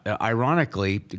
ironically